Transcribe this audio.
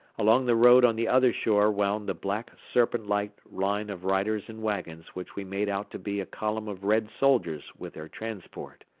along the road on the other shore wound the black serpent-like line of riders and wagons which we made out to be a column of red soldiers with their transport.